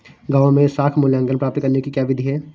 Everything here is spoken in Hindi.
गाँवों में साख मूल्यांकन प्राप्त करने की क्या विधि है?